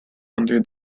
under